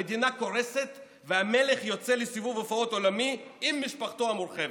המדינה קורסת והמלך יוצא לסיבוב הופעות עולמי עם משפחתו המורחבת.